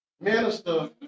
Minister